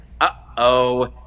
uh-oh